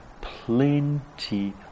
plenty